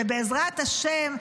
ובעזרת השם,